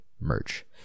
merch